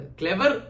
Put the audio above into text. clever